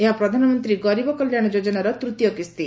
ଏହା ପ୍ରଧାନମନ୍ତ୍ରୀ ଗରିବ କଲ୍ୟାଣ ଯୋଜନାର ତୃତୀୟ କିସ୍ତି